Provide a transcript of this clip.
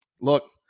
Look